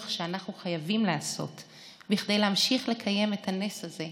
שאנחנו חייבים לעשות כדי להמשיך לקיים את הנס הזה,